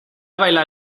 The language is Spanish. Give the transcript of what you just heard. bailar